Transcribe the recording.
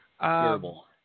Terrible